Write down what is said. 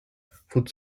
food